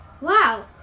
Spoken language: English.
Wow